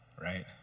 right